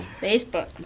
Facebook